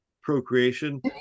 procreation